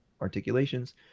articulations